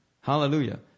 hallelujah